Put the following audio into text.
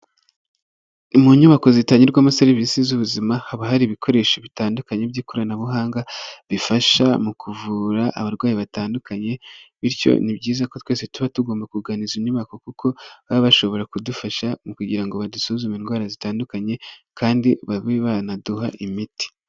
Mu nyubako zitangirwamo serivisi z'ubuzima haba hari ibikoresho bitandukanye by'ikoranabuhanga bifasha mu kuvura abarwayi batandukanye. Bityo ni byiza ko twese tuba tugomba kugana izi nyubako kuko baba bashobora kudufasha mu kugira ngo badusuzume indwara zitandukanye kandi babe banaduha imiti.